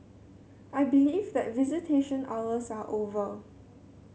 I believe that visitation hours are over